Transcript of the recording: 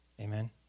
amen